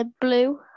blue